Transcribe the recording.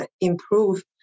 improve